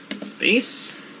space